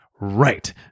Right